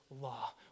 law